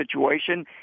situation